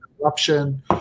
corruption